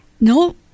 No